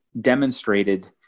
demonstrated